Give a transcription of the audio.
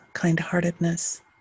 kindheartedness